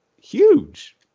huge